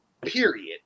period